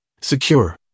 secure